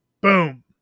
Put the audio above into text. boom